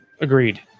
Agreed